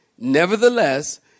Nevertheless